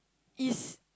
is